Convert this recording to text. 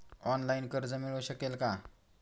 Online कर्ज मिळू शकेल का?